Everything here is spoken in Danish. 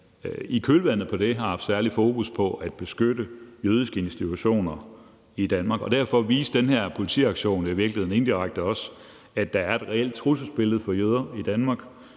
i kølvandet på det har haft særligt fokus på at beskytte jødiske institutioner i Danmark, og derfor viste den her politiaktion indirekte også, at der er et reelt trusselsbillede for jøder i Danmark,